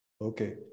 okay